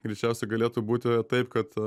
greičiausiai galėtų būti taip kad